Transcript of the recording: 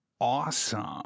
awesome